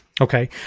Okay